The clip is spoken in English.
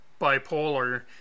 bipolar